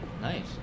nice